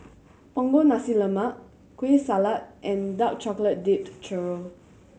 Punggol Nasi Lemak Kueh Salat and dark chocolate dipped churro